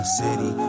city